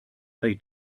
they